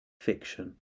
fiction